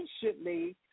patiently